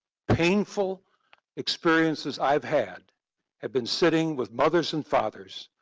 painful experiences i've had had been sitting with mothers and fathers,